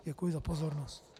Děkuji za pozornost.